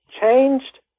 changed